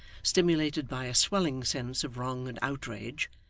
stimulated by a swelling sense of wrong and outrage,